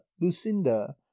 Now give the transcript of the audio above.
lucinda